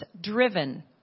driven